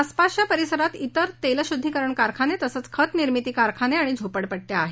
आसपासच्या परिसरात विर तेलशुद्दीकरण कारखाने तसंच खतं निर्मिती कारखाने आणि झोपडपट्ट्या आहेत